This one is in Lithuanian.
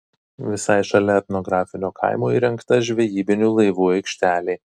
visai šalia etnografinio kaimo įrengta žvejybinių laivų aikštelė